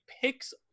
picks